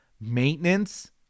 maintenance